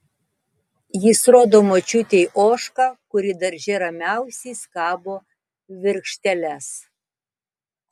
jis rodo močiutei ožką kuri darže ramiausia skabo virkšteles